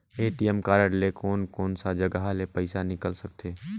ATM card ले कोन कोन सा जगह ले पइसा निकाल सकथे?